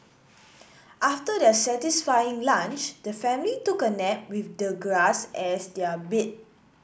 after their satisfying lunch the family took a nap with the grass as their bed